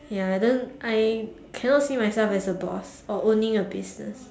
ya I don't I cannot see myself as a boss or owning a business